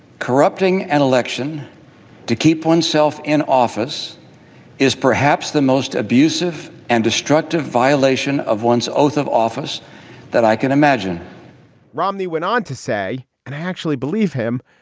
corrupting an election to keep one's self in office is perhaps the most abusive and destructive violation of one's oath of office that i can imagine romney went on to say, and i actually believe him,